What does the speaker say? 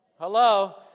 Hello